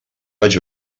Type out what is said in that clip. vaig